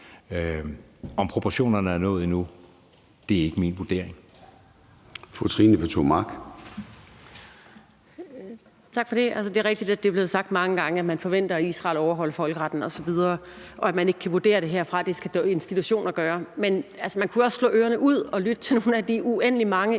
19:42 Formanden (Søren Gade): Fru Trine Pertou Mach. Kl. 19:42 Trine Pertou Mach (EL): Tak for det. Det er rigtigt, at det er blevet sagt mange gange, at man forventer, at Israel overholder folkeretten osv., og at man ikke kan vurdere det herfra; det er der så institutioner der skal gøre. Men man kunne også slå ørerne ud og lytte til nogle af de uendelig mange